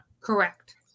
Correct